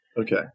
Okay